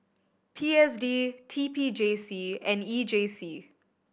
P S D T P J C and E J C